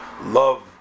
love